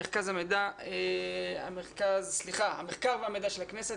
מרכז המחקר והמידע של הכנסת,